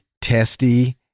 testy